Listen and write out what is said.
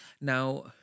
Now